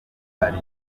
ari